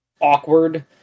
awkward